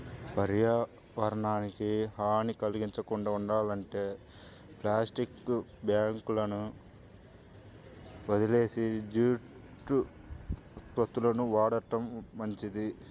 పర్యావరణానికి హాని కల్గించకుండా ఉండాలంటే ప్లాస్టిక్ బ్యాగులని వదిలేసి జూటు ఉత్పత్తులను వాడటం మంచిది